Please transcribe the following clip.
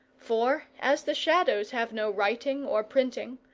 for, as the shadows have no writing or printing,